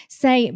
say